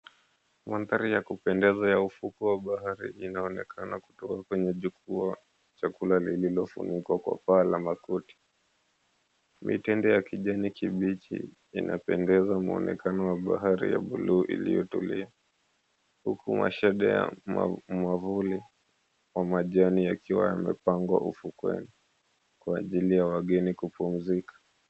Mandhari ya kupendeza ya ufukwe wa bahari inaonekana kutoka kwenye jukua, chakula lillofunikwa kwa paa la makuti. Mitende ya kijani kibichi inatengeneza mwonekano wa bahari ya bluu iliotulia. Huku mashende ya mwavuli yakiwa yamepangwa ufukweni kwa ajili ya wageni kupumzika.